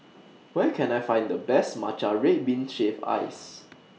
Where Can I Find The Best Matcha Red Bean Shaved Ice